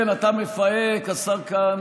כן, אתה מפהק, השר כהנא.